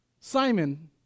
Simon